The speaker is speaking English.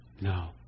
no